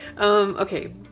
Okay